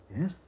Yes